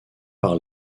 par